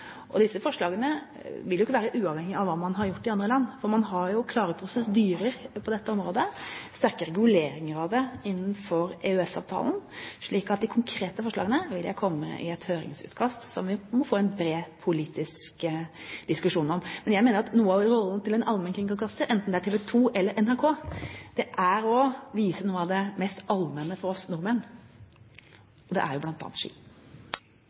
listeføre. Disse forslagene vil jo ikke være uavhengig av hva man har gjort i andre land. Man har jo klare prosedyrer på dette området, og sterke reguleringer av det innenfor EØS-avtalen, så de konkrete forslagene vil jeg komme med i et høringsutkast, som vi må få en bred politisk diskusjon om. Jeg mener at noe av rollen til en allmennkringkaster, enten det er TV 2 eller NRK, er å vise noe av det mest allmenne for oss nordmenn, og det er jo bl.a. ski.